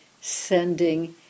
sending